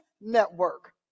network